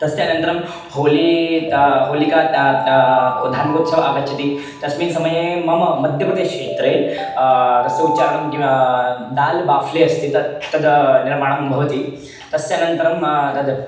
तस्य अनन्तरं होली ता होलिका धार्मिकोत्सवः आगच्छति तस्मिन् समये मम मध्यप्रदेशक्षेत्रे तस्य उच्चारणं किं दाल् बाफ्ले अस्ति तत् तद् निर्माणं भवति तस्य अनन्तरं तद्